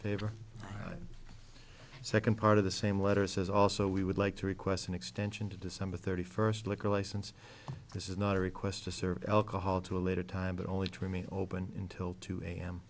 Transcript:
the second part of the same letter says also we would like to request an extension to december thirty first liquor license this is not a request to serve alcohol to a later time but only to remain open until two a